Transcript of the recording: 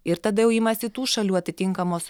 ir tada jau imasi tų šalių atitinkamos